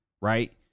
right